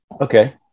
Okay